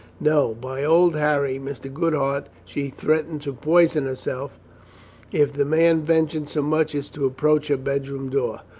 no, by old harry, mr. goodhart, she threatened to poison herself if the man ventured so much as to approach her bedroom door.